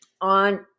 on